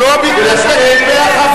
הוא לא ביקש לנגח אף אחד,